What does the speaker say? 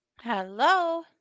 Hello